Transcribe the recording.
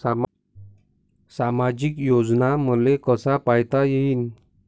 सामाजिक योजना मले कसा पायता येईन?